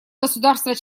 государства